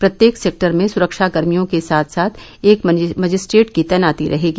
प्रत्येक सेक्टर में सुरक्षा कर्मियों के साथ साथ एक मजिस्ट्रेट की तैनाती रहेगी